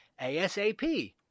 ASAP